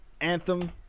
Anthem